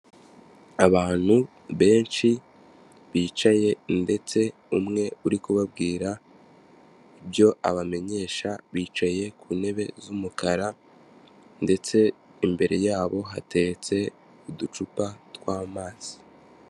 Abantu benshi bicaye ndetse umwe uri kubabwira ibyo abamenyesha, bicaye ku ntebe z'umukara ndetse imbere yabo hateretse uducupa tw'amazi.